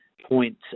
point